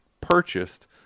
purchased